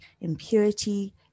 impurity